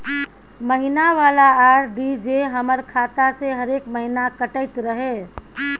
महीना वाला आर.डी जे हमर खाता से हरेक महीना कटैत रहे?